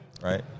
Right